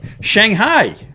Shanghai